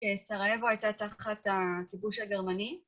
סרייבו הייתה תחת הכיבוש הגרמני